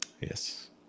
Yes